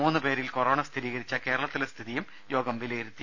മൂന്നു പേരിൽ കൊറോണ സ്ഥിരീകരിച്ച കേരളത്തിലെ സ്ഥിതിയും യോഗം വിലയിരുത്തി